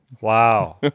Wow